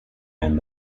and